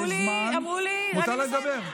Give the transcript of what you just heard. יש זמן, מותר לה לדבר.